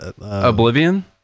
Oblivion